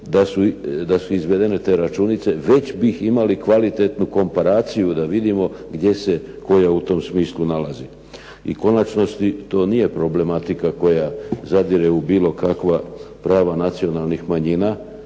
da su izvedene te računice već bi imali kvalitetnu komparaciju da vidimo gdje se koja u tom smislu nalazi. U konačnosti to nije problematika koja zadire u bilo kakva prava nacionalnih manjina,